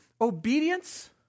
obedience